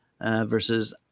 versus